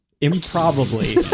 Improbably